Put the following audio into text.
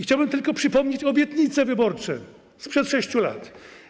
Chciałbym tylko przypomnieć obietnice wyborcze sprzed 6 lat.